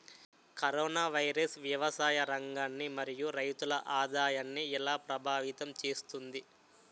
Corona virus వ్యవసాయ రంగాన్ని మరియు రైతుల ఆదాయాన్ని ఎలా ప్రభావితం చేస్తుంది?